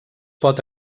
pot